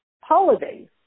Holidays